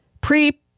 pre